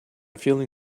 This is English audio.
feeling